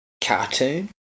cartoon